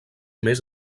més